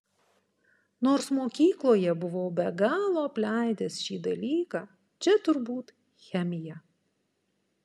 nors mokykloje buvau be galo apleidęs šį dalyką čia turbūt chemija